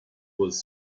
was